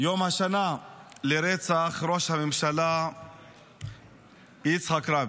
הוא יום השנה לרצח ראש הממשלה יצחק רבין.